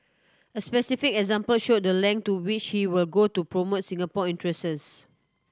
a specific example showed the length to which he will go to promote Singapore interests